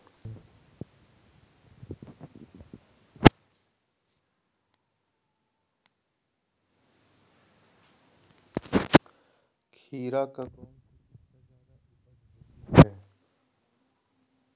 खीरा का कौन सी बीज का जयादा उपज होती है?